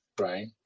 right